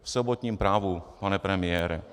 V sobotním Právu, pane premiére.